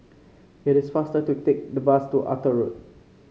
it is faster to take the bus to Arthur Road